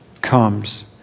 comes